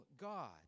God